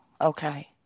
Okay